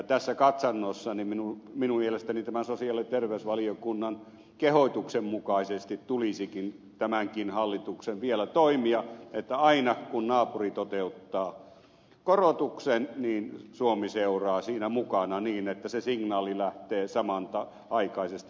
tässä katsannossa minun mielestäni sosiaali ja terveysvaliokunnan kehotuksen mukaisesti tulisi tämänkin hallituksen vielä toimia niin että aina kun naapuri toteuttaa korotuksen suomi seuraa siinä mukana niin että se signaali lähtee samanaikaisesti liikkeelle